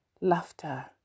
Laughter